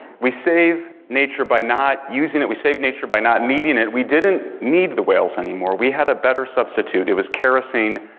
we save nature by not using it, we save nature by not needing it. we didn't need the whales anymore, we had a better substitute. it was kerosene,